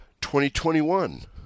2021